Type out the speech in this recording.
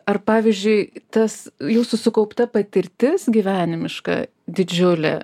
ar pavyzdžiui tas jūsų sukaupta patirtis gyvenimiška didžiulė